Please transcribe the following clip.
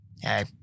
hey